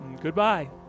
goodbye